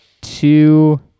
two